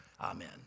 Amen